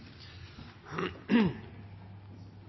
ho